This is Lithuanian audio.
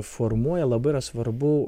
formuoja labai yra svarbu